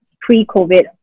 pre-COVID